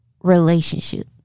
relationship